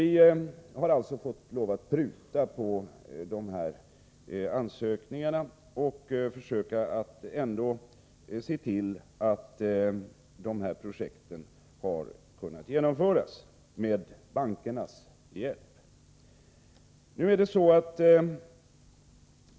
Vi har alltså fått lov att pruta på beloppen i de ansökningar som inkommit och försöka se till att projekten ändå har kunnat genomföras med bankernas hjälp.